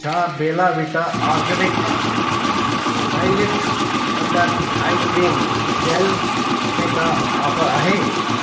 छा Bella Vita organic eyelift under eye cream gel ते का ऑफर आहे